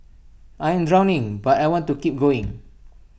I am drowning but I want to keep going